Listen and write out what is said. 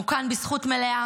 אנחנו כאן בזכות מלאה